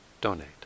donate